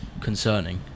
concerning